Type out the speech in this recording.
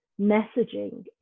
messaging